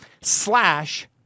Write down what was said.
slash